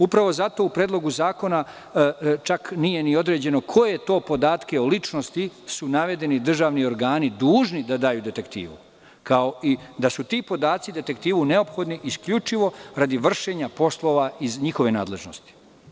Upravo zato, u Predlogu zakona čak nije ni određeno koje su to podatke o ličnosti navedeni državni organi dužni da daju detektivu, kao i da su ti podaci detektivu neophodni isključivo radi vršenja poslova iz njihove nadležnosti.